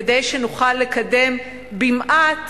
כדי שנוכל לקדם במעט